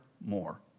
more